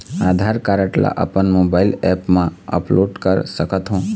आधार card ला अपन mobile app मा अपलोड कर सकथों?